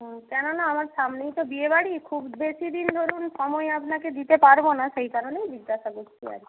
হুম কেননা আমার সামনেই তো বিয়েবাড়ি খুব বেশি দিন ধরুন সময় আপনাকে দিতে পারব না সেই কারণেই জিজ্ঞাসা করছি আর কি